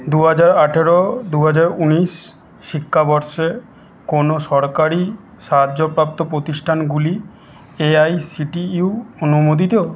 দুহাজার আঠেরো দুহাজার উনিশ শিক্ষাবর্ষে কোনো সরকারি সাহায্যপ্রাপ্ত প্রতিষ্ঠানগুলি A I C T U অনুমোদিত